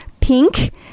pink